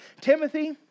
Timothy